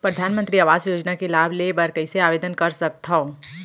परधानमंतरी आवास योजना के लाभ ले बर कइसे आवेदन कर सकथव?